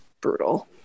brutal